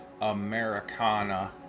Americana